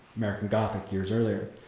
american gothic years earlier.